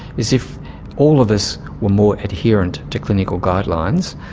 is if all of us were more adherent to clinical guidelines,